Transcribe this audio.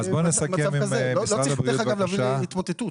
לא צריך להביא אותם להתמוטטות.